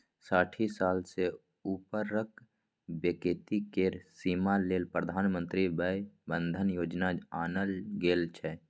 साठि साल सँ उपरक बेकती केर बीमा लेल प्रधानमंत्री बय बंदन योजना आनल गेल छै